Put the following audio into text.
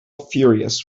furious